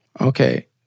Okay